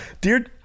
Dear